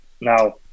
now